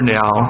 now